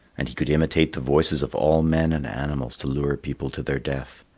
and he could imitate the voices of all men and animals to lure people to their death.